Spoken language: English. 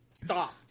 Stop